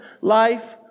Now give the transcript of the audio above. life